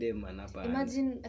Imagine